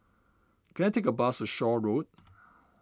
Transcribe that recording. can I take a bus Shaw Road